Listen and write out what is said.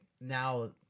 now